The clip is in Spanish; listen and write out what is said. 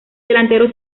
delantero